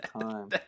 time